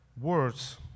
words